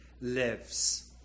lives